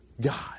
God